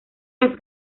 las